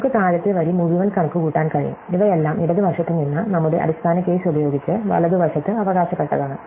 നമുക്ക് താഴത്തെ വരി മുഴുവൻ കണക്കുകൂട്ടാൻ കഴിയും ഇവയെല്ലാം ഇടത് വശത്ത് നിന്ന് നമ്മുടെ അടിസ്ഥാന കേസ് ഉപയോഗിച്ച് വലതുവശത്ത് അവകാശപ്പെട്ടതാണ്